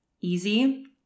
easy